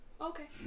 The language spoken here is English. Okay